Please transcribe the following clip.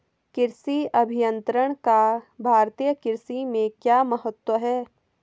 कृषि अभियंत्रण का भारतीय कृषि में क्या महत्व है?